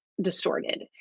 distorted